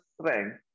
strength